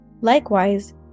Likewise